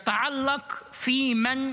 היא קשורה למי